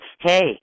hey